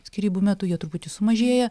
skyrybų metu jo truputį sumažėja